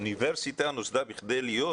אוניברסיטה נוסדה כדי להיות